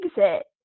exit